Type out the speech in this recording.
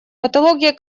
патология